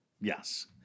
Yes